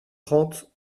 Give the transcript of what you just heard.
trente